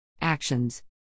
Actions